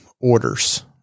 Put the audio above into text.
orders